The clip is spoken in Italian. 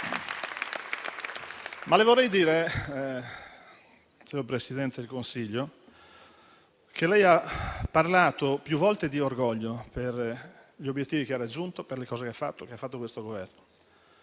Le vorrei dire, signor Presidente del Consiglio, che lei ha parlato più volte di orgoglio per gli obiettivi che ha raggiunto e per le cose che avete fatto lei e questo Governo.